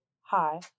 Hi